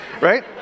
right